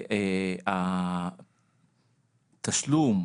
והתשלום,